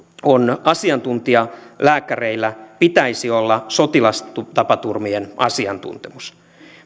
on asiantuntijalääkäreillä pitäisi olla sotilastapaturmien asiantuntemus